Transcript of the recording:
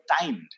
timed